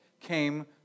came